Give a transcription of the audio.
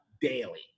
daily